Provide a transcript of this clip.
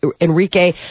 Enrique